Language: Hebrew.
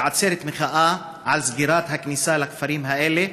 בעצרת מחאה על סגירת הכניסה לכפרים האלה,